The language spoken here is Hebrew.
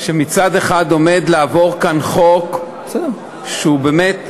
שמצד אחד עומד לעבור כאן חוק שהוא באמת שמחה,